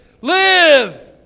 live